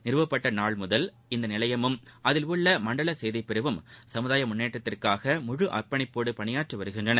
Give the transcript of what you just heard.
நிறுவப்பட்ட நாள்முதல் இந்த நிலையமும் அதில் உள்ள மண்டல செய்திப்பிரிவும் சமுதாய முன்னேற்றத்திற்காக முழு அர்ப்பணிப்போடு பணியாற்றி வருகின்றன